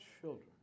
children